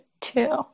two